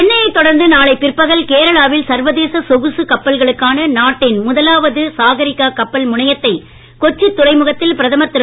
சென்னையைத் தொடர்ந்து நாளை பிற்பகல் கேரளாவில் சர்வதேச சொகுசுக் கப்பல்களுக்கான நாட்டின் முதலாவது சாகரிகா கப்பல் முனையத்தை கொச்சி துறைமுகத்தில் பிரதமர் திரு